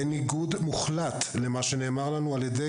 בניגוד מוחלט למה שנאמר לנו על ידי